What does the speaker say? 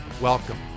Welcome